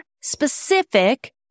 specific